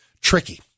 tricky